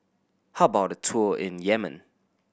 how about a tour in Yemen